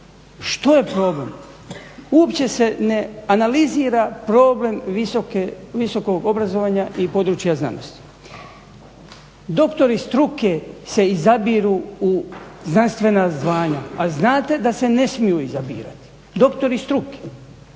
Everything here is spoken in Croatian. Što je problem? Uopće se ne analizira problem visokog obrazovanja i područja znanosti. Doktori struke se izabiru u znanstvena zvanja a znate da se ne smiju izabirati, doktori struke